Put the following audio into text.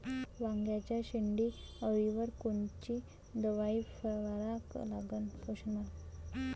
वांग्याच्या शेंडी अळीवर कोनची दवाई फवारा लागन?